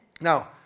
Now